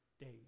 days